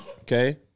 Okay